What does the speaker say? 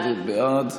בעד,